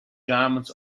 garments